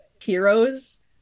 heroes